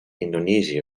indonesia